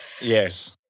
Yes